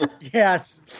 Yes